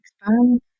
expand